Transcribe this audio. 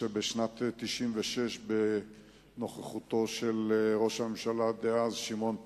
בשנת 1996, בנוכחות ראש הממשלה דאז, שמעון פרס,